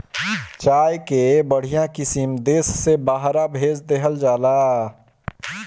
चाय कअ बढ़िया किसिम देस से बहरा भेज देहल जाला